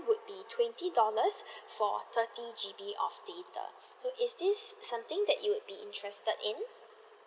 would be twenty dollars for thirty G_B of data so is this something that you would be interested in